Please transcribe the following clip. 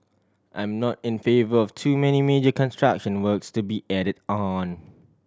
I'm not in favour of too many major construction works to be added on